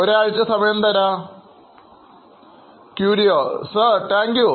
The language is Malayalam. ഒരാഴ്ച സമയം തരാം Curioസാർ താങ്ക്യൂ